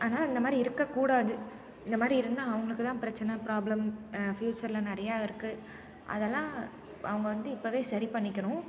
அதனால இந்த மாதிரி இருக்கக்கூடாது இந்த மாதிரி இருந்தால் அவங்களுக்கு தான் பிரச்சனை ப்ராப்ளம் ஃப்யூச்சர்ல நிறைய இருக்குது அதெல்லாம் அவங்க வந்து இப்பவே சரி பண்ணிக்கணும்